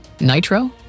Nitro